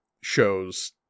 shows